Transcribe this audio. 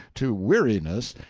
to weariness,